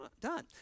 done